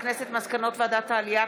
מסקנות ועדת העלייה,